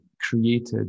created